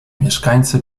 mieszkańcy